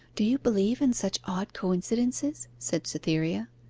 do you believe in such odd coincidences said cytherea.